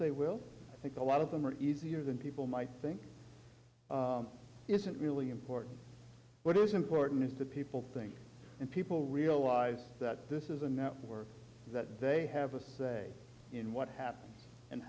will i think a lot of them are easier than people might think isn't really important what is important is that people think and people realize that this is a network that they have a say in what happens and